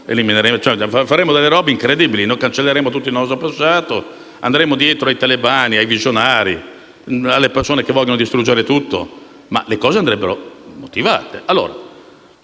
faremo cose incredibili, cancellando tutto il nostro passato, andando dietro a talebani, visionari e alle persone che vogliono distruggere tutto. Ma le cose andrebbero motivate.